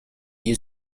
you